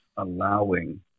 allowing